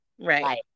Right